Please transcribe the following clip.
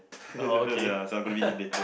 oh okay